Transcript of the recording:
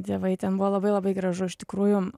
dievai ten buvo labai labai gražu iš tikrųjų